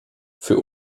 für